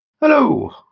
Hello